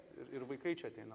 ir ir vaikai čia ateina